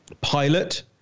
pilot